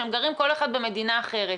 שהם גרים כל אחד במדינה אחרת.